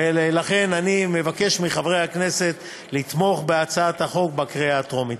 לכן אני מבקש מחברי הכנסת לתמוך בהצעת החוק בקריאה הטרומית.